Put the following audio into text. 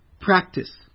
practice